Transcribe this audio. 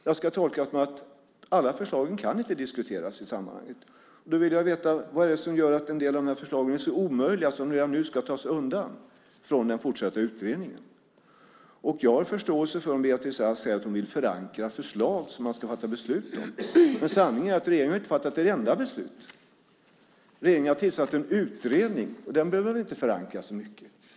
Jag ska tolka det som att alla förslag inte kan diskuteras i sammanhanget. Då vill jag veta vad det är som gör att en del av dessa förslag är så omöjliga att de redan nu ska tas undan från den fortsatta utredningen. Jag har förståelse för om Beatrice Ask säger att hon vill förankra förslag som man ska fatta beslut om. Men sanningen är att regeringen inte har fattat ett enda beslut. Regeringen har tillsatt en utredning, och den behöver man inte förankra så mycket.